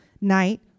night